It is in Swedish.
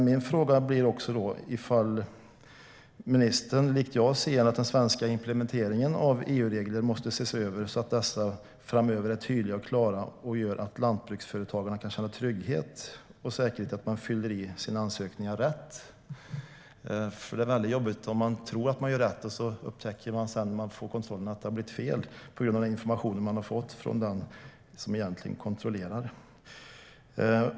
Min fråga blir då ifall ministern, likt jag, anser att den svenska implementeringen av EU-regler måste ses över så att de framöver är tydliga och klara och gör att lantbruksföretagarna kan känna sig trygga och säkra i att man fyller i sina ansökningar rätt. Det är ju väldigt jobbigt om man tror att man gör rätt och sedan vid kontrollen upptäcker att det har blivit fel på grund av den information man har fått från den som egentligen kontrollerar.